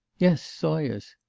yes, zoya's.